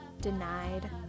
denied